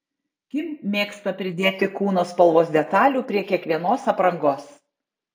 kim mėgsta pridėti kūno spalvos detalių prie kiekvienos aprangos